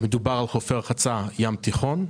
מדובר על חופי רחצה בים התיכון.